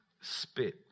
spit